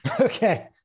Okay